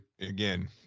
Again